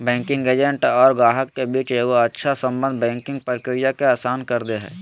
banking agent और गाहक के बीच एगो अच्छा सम्बन्ध बैंकिंग प्रक्रिया के आसान कर दे हय